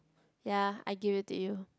ya I give it to you